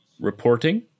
reporting